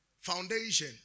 foundation